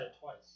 twice